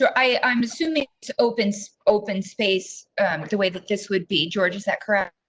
yeah i'm assuming to opens open space the way that this would be george. is that correct?